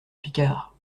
picard